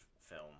film